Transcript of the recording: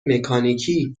مکانیکی